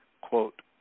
quote